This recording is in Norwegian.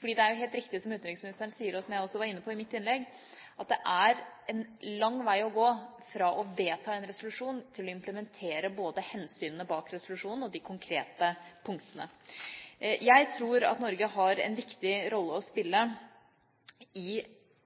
det er helt riktig som utenriksministeren sier, og som jeg også var inne på i mitt innlegg, at det er en lang vei å gå fra å vedta en resolusjon til å implementere både hensynene bak resolusjonen og de konkrete punktene. Jeg tror at Norge har en viktig rolle å spille i